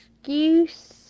excuse